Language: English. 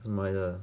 什么来的